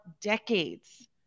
decades